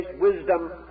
wisdom